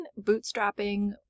bootstrapping